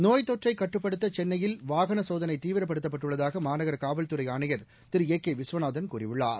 நோய் தொற்றை கட்டுப்படுத்த சென்னையில் வாகன சோதனை தீவிரப்படுத்தப்பட்டுள்ளதாக மாநகர காவல்துறை ஆணையர் திரு ஏ கே விஸ்வநாதன் கூறியுள்ளார்